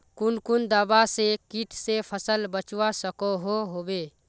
कुन कुन दवा से किट से फसल बचवा सकोहो होबे?